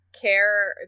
care